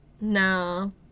No